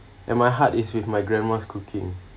and my heart is with my grandma's cooking